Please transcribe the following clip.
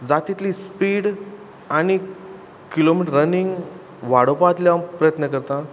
जात तितली स्पीड आनी किलोमिटर रनिंग वाडोवपाक हांव प्रयत्न करतां